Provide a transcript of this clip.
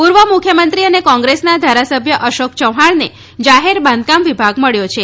પૂર્વ મુખ્યમંત્રી અને કોંગ્રેસના ધારાસભ્ય અશોક ચૌવ્હાણને જાહેર બાંધકામ વિભાગ મળ્યો છે